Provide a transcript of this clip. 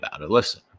Listen